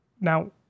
Now